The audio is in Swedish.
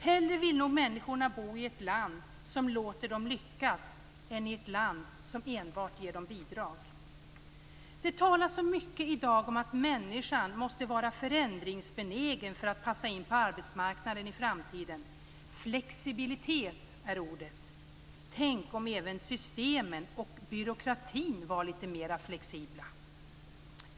Hellre vill nog människorna bo i ett land som låter dem lyckas än i ett land som enbart ger dem bidrag. Det talas så mycket i dag om att människan måste vara förändringsbenägen för att passa in på arbetsmarknaden i framtiden. Flexibilitet är ordet. Tänk om även systemen och byråkratin var litet mer flexibla!